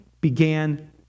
began